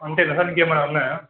అంతే కదా ఇంకేమన్నా ఉన్నాయా